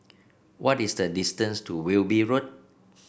what is the distance to Wilby Road